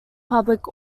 public